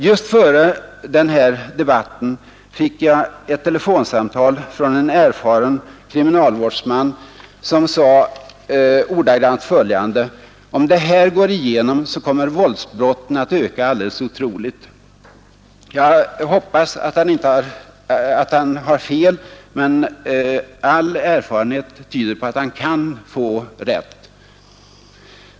Just före den här debatten fick jag ett telefonsamtal från en erfaren kriminalvårdsman, som sade ordagrant följande: ”Om det här går igenom så kommer våldsbrotten att öka alldeles otroligt.” Jag hoppas att han har fel, men all erfarenhet tyder på att han kan få rätt.